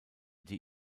die